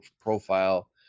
profile